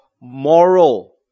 moral